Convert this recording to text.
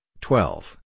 twelve